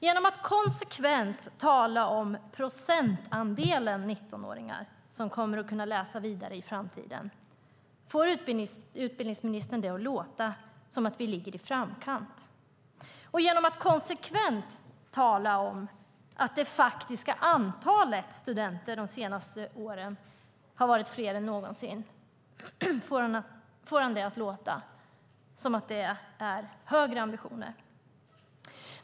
Genom att konsekvent tala om procentandelen 19-åringar som kommer att kunna läsa vidare i framtiden får utbildningsministern det att låta som att vi ligger i framkant. Genom att konsekvent tala om att det faktiska antalet studenter de senaste åren har varit fler än någonsin får han det att låta som att det är högre ambitioner.